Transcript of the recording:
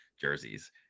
jerseys